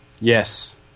Yes